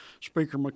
Speaker